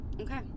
Okay